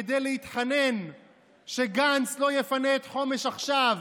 כדי להתחנן שגנץ לא יפנה את חומש עכשיו,